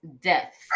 deaths